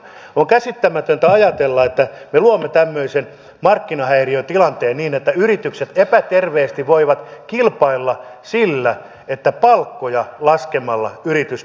on käsittämätöntä ajatella että me luomme tämmöisen markkinahäiriötilanteen niin että yritykset epäterveesti voivat kilpailla sillä että palkkoja laskemalla yritys pärjää markkinoilla